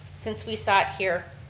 since we sat here,